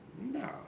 No